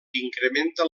incrementa